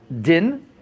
din